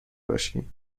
باشی